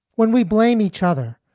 when we blame each other,